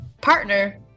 partner